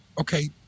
okay